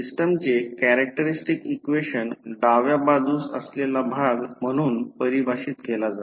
सिस्टमचे characteristics equation डाव्या बाजूस असलेला भाग म्हणून परिभाषित केले जातो